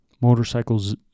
motorcycles